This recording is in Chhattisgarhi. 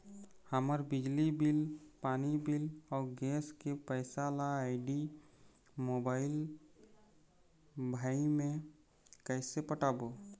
हमर बिजली बिल, पानी बिल, अऊ गैस के पैसा ला आईडी, मोबाइल, भाई मे कइसे पटाबो?